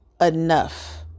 enough